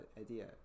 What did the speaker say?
idea